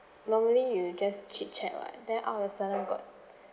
normally you just chit chat [what] then out of a sudden got